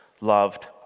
loved